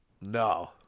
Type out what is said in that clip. No